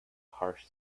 harsh